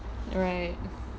right